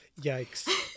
yikes